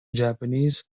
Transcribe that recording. japanese